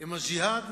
הם "הג'יהאד"?